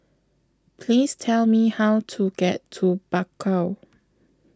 Please Tell Me How to get to Bakau